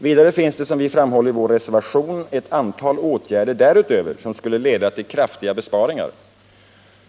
Vidare finns det, som vi framhåller i vår reservation, ett antal åtgärder därutöver som skulle leda till kraftiga besparingar.